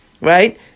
right